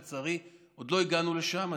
לצערי עוד לא הגענו לשם.